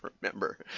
remember